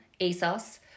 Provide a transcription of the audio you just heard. Asos